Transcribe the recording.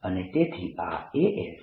અને તેથી આ As